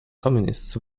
communists